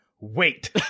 Wait